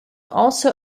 also